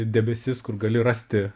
debesis kur gali rasti